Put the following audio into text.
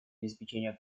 обеспечения